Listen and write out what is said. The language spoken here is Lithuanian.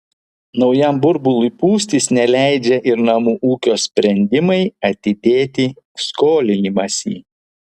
naujam burbului pūstis neleidžia ir namų ūkio sprendimai atidėti skolinimąsi